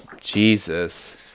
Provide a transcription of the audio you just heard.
Jesus